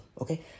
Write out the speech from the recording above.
okay